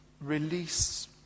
release